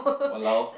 !walao!